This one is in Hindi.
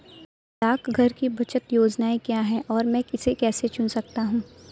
डाकघर की बचत योजनाएँ क्या हैं और मैं इसे कैसे चुन सकता हूँ?